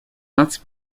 наций